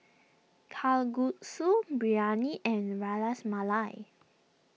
Kalguksu Biryani and Ras Malai